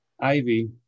Ivy